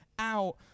out